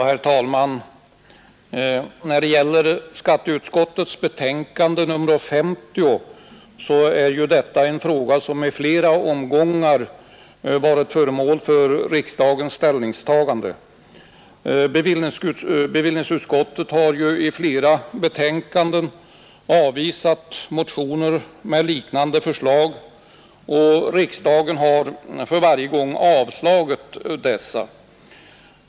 Herr talman! Skatteutskottets betänkande nr 50 gäller ju en fråga som i flera omgångar varit föremål för riksdagens ställningstagande. Bevillningsutskottet har i flera betänkanden avvisat motioner med liknande förslag, och riksdagen har varje gång avslagit dessa.